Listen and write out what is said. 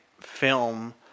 film